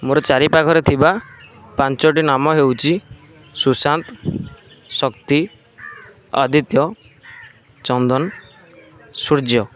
ମୋର ଚାରି ପାଖରେ ଥିବା ପାଞ୍ଚଟି ନାମ ହେଉଛି ସୁଶାନ୍ତ ଶକ୍ତି ଆଦିତ୍ୟ ଚନ୍ଦନ ସୂର୍ଯ୍ୟ